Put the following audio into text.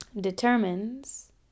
determines